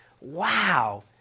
Wow